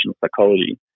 psychology